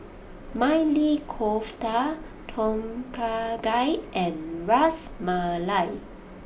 Maili Kofta Tom Kha Gai and Ras Malai